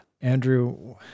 Andrew